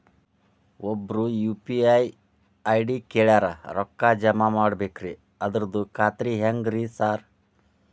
ಒಬ್ರು UPI ID ಕಳ್ಸ್ಯಾರ ರೊಕ್ಕಾ ಜಮಾ ಮಾಡ್ಬೇಕ್ರಿ ಅದ್ರದು ಖಾತ್ರಿ ಹೆಂಗ್ರಿ ಸಾರ್?